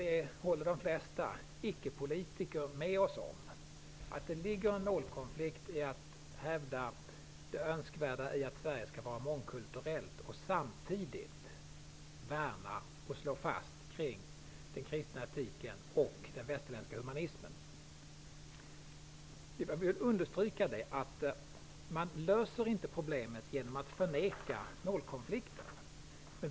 Det håller de flesta icke-politiker med oss om. Det ligger en målkonflikt i att hävda det önskvärda i att Sverige skall vara mångkulturellt och samtidigt värna och slå vakt om den kristna etiken och den västerländska humanismen. Jag vill understryka att man inte löser problemet genom att förneka målkonflikten.